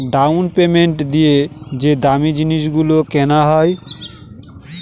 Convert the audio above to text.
down payment দিয়ে যে দামী জিনিস গুলো কেনা হয়